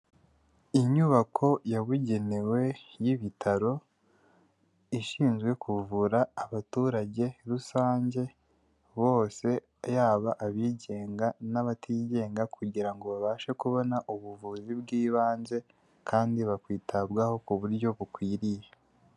Inyubako yabugenewe y'ibitaro ishinzwe kuvura abaturage rusange bose, yaba abigenga n'abatigenga kugira ngo babashe kubona ubuvuzi bw'ibanze, kandi bakitabwaho ku buryo bukwiriye.